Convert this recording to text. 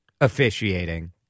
officiating